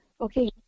Okay